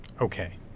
Okay